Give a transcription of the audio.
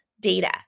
data